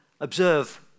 observe